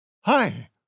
Hi